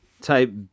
type